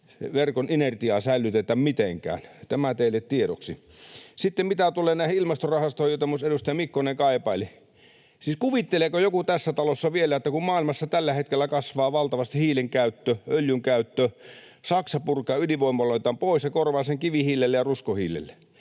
verkon energiaa säilytetä mitenkään. Tämä teille tiedoksi. Sitten mitä tulee näihin ilmastorahastoihin, joita myös edustaja Mikkonen kaipaili. Siis kuvitteleeko joku tässä talossa vielä, että kun maailmassa tällä hetkellä kasvaa valtavasti hiilen käyttö, öljyn käyttö, Saksa purkaa ydinvoimaloitaan pois ja korvaa sen kivihiilellä ja ruskohiilellä...